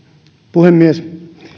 puhemies